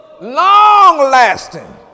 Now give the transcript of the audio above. long-lasting